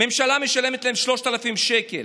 הממשלה משלמת להם 3,000 שקלים.